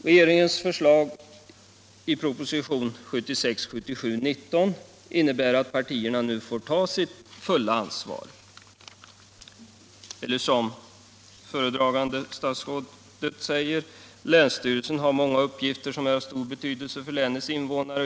Regeringens förslag i proposition 1976/77:19 innebär att partierna nu får ta sitt fulla ansvar. Föredragande statsrådet säger: ”Länsstyrelserna har många uppgifter som är av stor betydelse för länets invånare.